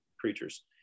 creatures